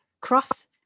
cross